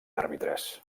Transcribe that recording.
àrbitres